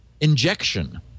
injection